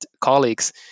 colleagues